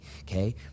okay